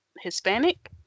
Hispanic